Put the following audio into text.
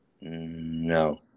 No